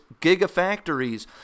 gigafactories